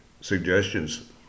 suggestions